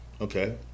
Okay